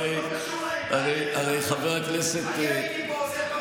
הרי, חבר הכנסת, זה לא קשור לעדה.